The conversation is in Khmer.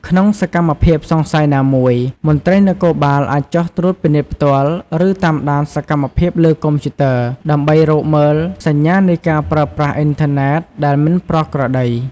ក្នុងសកម្មភាពសង្ស័យណាមួយ មន្ត្រីនគរបាលអាចចុះត្រួតពិនិត្យផ្ទាល់ ឬតាមដានសកម្មភាពលើកុំព្យូទ័រ ដើម្បីរកមើលសញ្ញានៃការប្រើប្រាស់អ៊ីនធឺណិតដែលមិនប្រក្រតី។